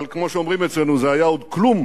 אבל כמו שאומרים אצלנו, זה היה עוד כלום